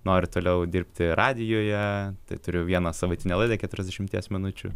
noriu toliau dirbti radijuje tai turiu vieną savaitinę laidą keturiasdešimties minučių